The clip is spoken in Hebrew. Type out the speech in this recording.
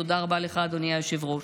תודה רבה לך, אדוני היושב-ראש.